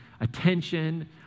attention